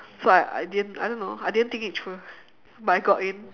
so I I didn't I don't know I didn't think it through but I got in